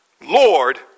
Lord